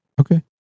Okay